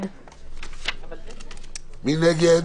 מי נגד?